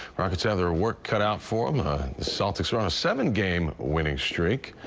rockets other work cut out for um ah sort of so and seven game winning streak.